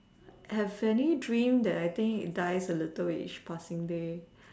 have any dream that I think it dies a little each passing day